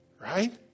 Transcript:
Right